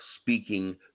Speaking